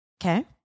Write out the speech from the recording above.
Okay